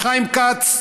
חיים כץ,